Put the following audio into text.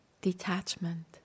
detachment